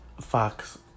Fox